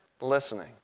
listening